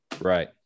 right